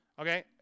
okay